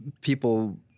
people